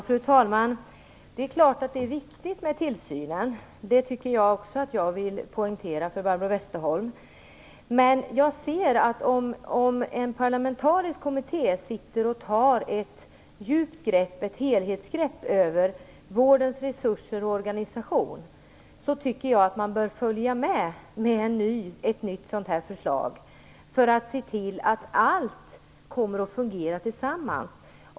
Fru talman! Det är naturligtvis viktigt med tillsynen, det vill jag poängtera för Barbro Westerholm. Men om en parlamentarisk kommitté tar ett helhetsgrepp över vårdens resurser och organisation, tycker jag att man bör följa med genom ett nytt förslag för att se till att allt kommer att fungera tillsammans.